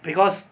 because